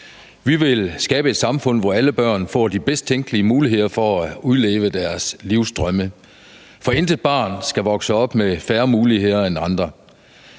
Vi vil skabe et samfund, hvor alle børn får de bedst tænkelige muligheder for at udleve deres livsdrømme, for intet barn skal vokse op med færre muligheder end andre.